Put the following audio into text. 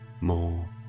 more